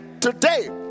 today